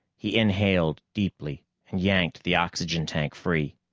he inhaled deeply and yanked the oxygen tank free.